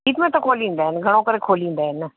ईद में त खोलींदा आहिनि घणो करे खोलींदा आहिनि